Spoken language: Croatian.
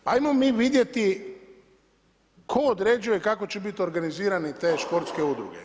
Pa ajmo mi vidjeti tko određuje kako će biti organizirane te športske udruge.